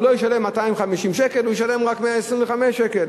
הוא לא ישלם 250 שקל, הוא ישלם רק 125 שקל.